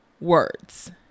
words